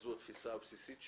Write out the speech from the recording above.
זו התפישה הבסיסית שלי.